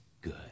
good